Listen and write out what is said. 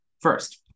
First